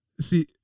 see